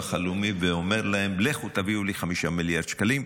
הלאומי ואומר להם: לכו תביאו לי 5 מיליארד שקלים.